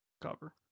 Cover